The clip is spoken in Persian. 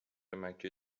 مکه